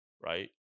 right